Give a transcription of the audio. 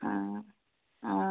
অঁ অঁ